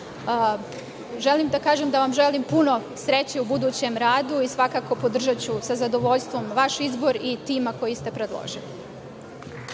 da kažem da vam želim puno sreće u budućem radu. Svakako, podržaću, sa zadovoljstvom, vaš izbor i tima koji ste predložili.